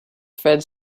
thread